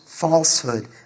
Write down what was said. falsehood